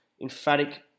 emphatic